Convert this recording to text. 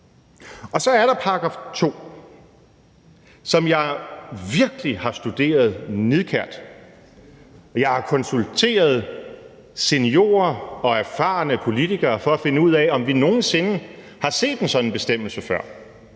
på. Så er der § 2, som jeg virkelig har studeret nidkært, og jeg har konsulteret seniorer og erfarne politikere for at finde ud af, om vi nogen sinde har set en sådan bestemmelse før,